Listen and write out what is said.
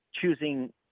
choosing